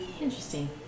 Interesting